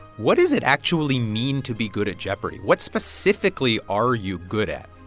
what does it actually mean to be good at jeopardy? what specifically are you good at?